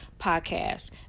podcast